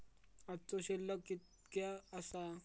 आजचो शिल्लक कीतक्या आसा?